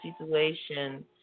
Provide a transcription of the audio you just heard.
situation